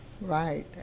Right